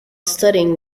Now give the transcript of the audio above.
studying